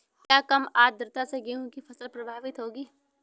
क्या कम आर्द्रता से गेहूँ की फसल प्रभावित होगी?